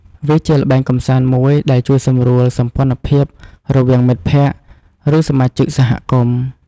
វាជាល្បែងកម្សាន្តមួយដែលជួយសម្រួលសម្ព័ន្ធភាពរវាងមិត្តភក្តិ ឬសមាជិកសហគមន៍។